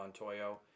Montoyo